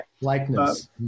Likeness